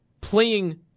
playing